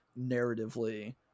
narratively